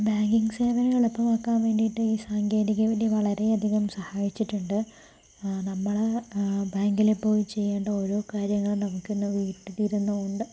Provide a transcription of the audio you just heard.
banking സേവനം എളുപ്പമാക്കാൻ വേണ്ടിയിട്ട് ഈ സാങ്കേതികവിദ്യ വളരെയധികം സഹായിച്ചിട്ടുണ്ട് നമ്മള് ബാങ്കില് പോയി ചെയ്യേണ്ട ഓരോ കാര്യങ്ങളും നമ്മുക്ക് തന്നെ വീട്ടിലിരുന്നുകൊണ്ട്